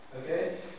okay